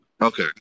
Okay